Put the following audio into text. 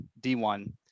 D1